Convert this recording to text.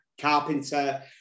carpenter